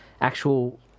actual